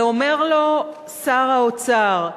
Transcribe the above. ואומר לו שר האוצר: